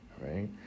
right